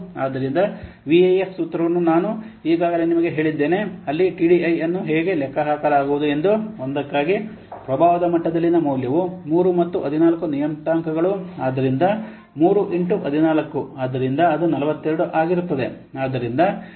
ಆದ್ದರಿಂದ ವಿಎಎಫ್ ಸೂತ್ರವನ್ನು ನಾನು ಈಗಾಗಲೇ ನಿಮಗೆ ಹೇಳಿದ್ದೇನೆ ಅಲ್ಲಿ ಟಿಡಿಐ ಅನ್ನು ಹೇಗೆ ಲೆಕ್ಕಹಾಕಲಾಗುವುದು ಎಂದು 1 ಕ್ಕಾಗಿ ಪ್ರಭಾವದ ಮಟ್ಟದಲ್ಲಿನ ಮೌಲ್ಯವು 3 ಮತ್ತು 14 ನಿಯತಾಂಕಗಳು ಆದ್ದರಿಂದ 3 ಇಂಟು 14 ಆದ್ದರಿಂದ ಅದು 42 ಆಗಿರುತ್ತದೆ